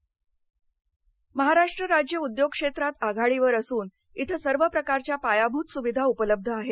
मख्यमंत्री महाराष्ट्र राज्य उद्योग क्षेत्रात आघाडीवर असून इथं सर्वप्रकारच्या पायाभूत सुविधा उपलब्ध आहेत